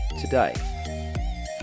today